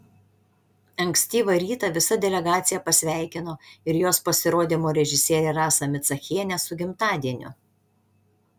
ankstyvą rytą visa delegacija pasveikino ir jos pasirodymo režisierę rasą micachienę su gimtadieniu